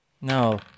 No